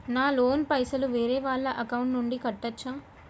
నా లోన్ పైసలు వేరే వాళ్ల అకౌంట్ నుండి కట్టచ్చా?